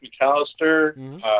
McAllister